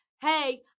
hey